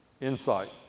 insight